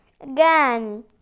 again